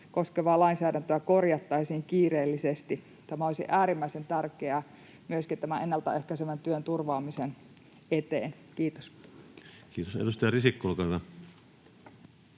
koskevaa lainsäädäntöä korjattaisiin kiireellisesti. Tämä olisi äärimmäisen tärkeää myöskin tämän ennalta ehkäisevän työn turvaamisen eteen. — Kiitos. Kiitos. — Edustaja Risikko, olkaa hyvä.